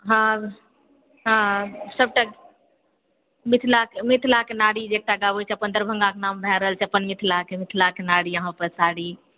हँ हँ सभटा मिथिलाके मिथिलाके नारी जे एकटा गाबैत छै दरभङ्गाके नाम भए रहल छै अपन मिथिलाके मिथिलाके नारी अहाँपर साड़ी